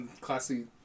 classy